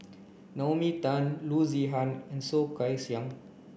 Naomi Tan Loo Zihan and Soh Kay Siang